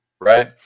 right